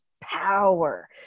power